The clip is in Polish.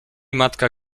matka